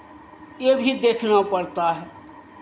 ये भी देखना पड़ता है